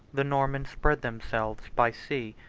the normans spread themselves by sea,